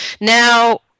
now